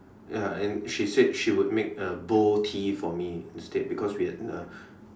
ya and she said she would make uh boh tea for me instead because we had a